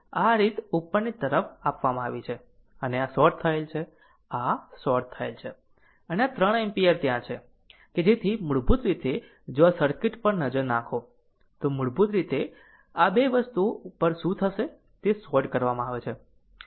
અને આ શોર્ટ થયેલ છે આ શોર્ટ થયેલ છે અને આ 3 એમ્પીયર ત્યાં છે કે જેથી મૂળભૂત રીતે જો આ સર્કિટ પર નજર નાખો તો મૂળભૂત રીતે તે આ બે વસ્તુઓ પર શું થશે તે શોર્ટ કરવામાં આવે છે